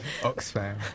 Oxfam